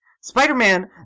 Spider-Man